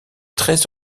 très